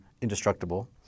indestructible